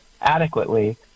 adequately